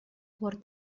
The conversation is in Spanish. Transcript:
por